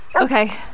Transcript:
Okay